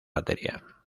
batería